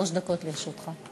שלוש דקות לרשותך.